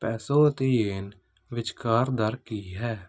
peso ਅਤੇ yen ਵਿਚਕਾਰ ਦਰ ਕੀ ਹੈ